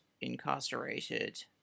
incarcerated